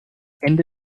ende